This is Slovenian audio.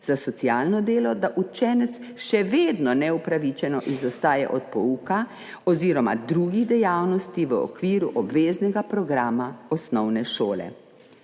za socialno delo, da učenec še vedno neupravičeno izostaja od pouka oziroma drugih dejavnosti v okviru obveznega programa osnovne šole.